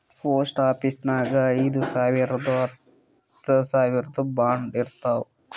post ಆಫೀಸ್ನಾಗ್ ಐಯ್ದ ಸಾವಿರ್ದು ಹತ್ತ ಸಾವಿರ್ದು ಬಾಂಡ್ ಇರ್ತಾವ್